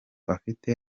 afite